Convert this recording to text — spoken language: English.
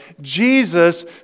jesus